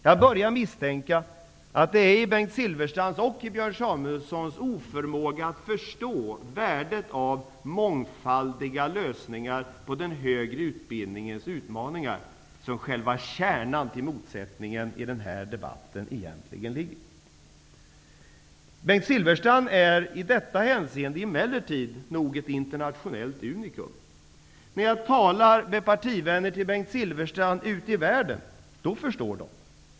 Jag börjar misstänka att själva kärnan till motsättningen i denna debatt egentligen ligger i Bengt Silfverstrands och Björn Samuelsons oförmåga att förstå värdet av mångfaldiga lösningar på den högre utbildningens utmaningar. Emellertid är Bengt Silfverstrand nog internationellt sett ett unikum i detta hänseende. När jag talar med Bengt Silfverstrands partivänner ute i världen förstår de.